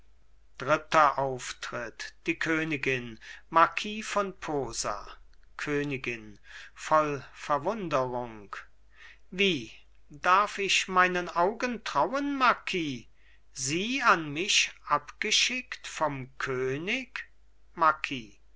dritter auftritt die königin marquis von posa königin voll verwunderung wie darf ich meinen augen trauen marquis sie an mich abgeschickt vom könig